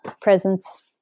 presence